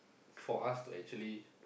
for us to actually